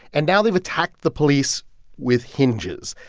and now they've attacked the police with hinges.